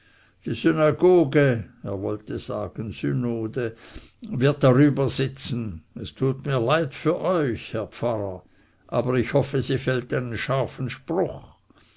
er wollte sagen synode wird darüber sitzen es tut mir leid für euch herr pfarrer aber ich hoffe sie fällt einen scharfen spruch